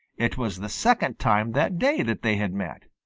it was the second time that day that they had met.